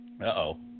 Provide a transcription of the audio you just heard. Uh-oh